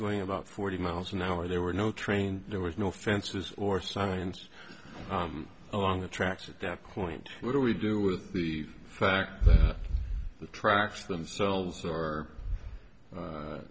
going about forty miles an hour there were no trains there was no fences or signs along the tracks at that point what do we do with the fact that the tracks themselves